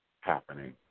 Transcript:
happening